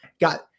Got